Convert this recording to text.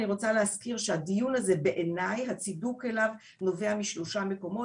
אני רוצה להזכיר שהדיון הזה בעיני הצידוק אליו נובע משלושה מקומות,